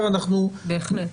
בהחלט.